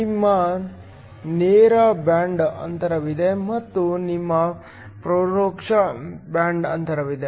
ನಿಮ್ಮ ನೇರ ಬ್ಯಾಂಡ್ ಅಂತರವಿದೆ ಮತ್ತು ನಿಮ್ಮ ಪರೋಕ್ಷ ಬ್ಯಾಂಡ್ ಅಂತರವಿದೆ